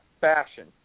fashion